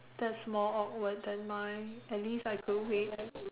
that's more awkward than mine at least I could wait